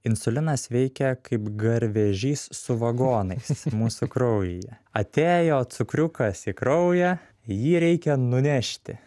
insulinas veikia kaip garvežys su vagonais mūsų kraujyje atėjo cukriukas į kraują jį reikia nunešti